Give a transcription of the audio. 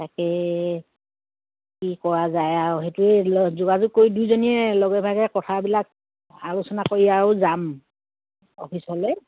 তাকে কি কৰা যায় আৰু সেইটোৱে যোগাযোগ কৰি দুইজনীয়ে লগে ভাগে কথাবিলাক আলোচনা কৰি আৰু যাম অফিচলৈ